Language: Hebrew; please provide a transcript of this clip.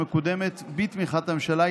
שמקודמת בתמיכת הממשלה,